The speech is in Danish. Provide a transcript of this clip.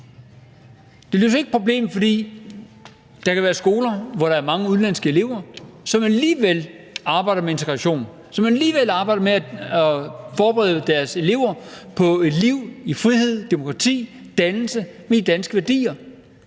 løser ikke problemet, fordi der kan være skoler med mange udenlandske elever, som alligevel arbejder med integration, og som alligevel arbejder med at forberede deres elever på et liv i frihed, demokrati og en dannelse med danske værdier.